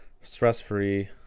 stress-free